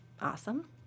Awesome